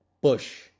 Bush